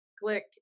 click